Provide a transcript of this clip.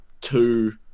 two